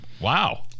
wow